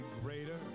greater